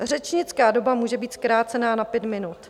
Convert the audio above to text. Řečnická doba může být zkrácena na pět minut.